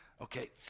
okay